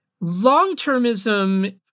Long-termism